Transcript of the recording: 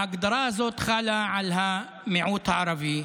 ההגדרה הזאת חלה על המיעוט הערבי,